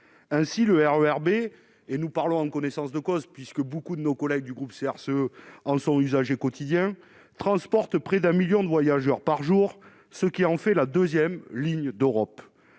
ainsi le RER B et nous parlons en connaissance de cause puisque beaucoup de nos collègues du groupe CRCE en leçon usagers quotidiens transporte près d'un 1000000 de voyageurs par jour, ce qui en fait la 2ème, ligne d'Europe,